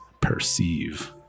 perceive